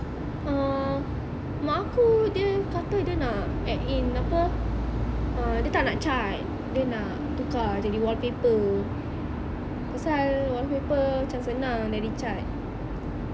uh mak aku dia kata dia nak add in apa ah dia tak nak cat dia nak tukar jadi wallpaper pasap wallpaper cam senang dari cat